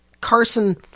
Carson